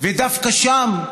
ודווקא שם,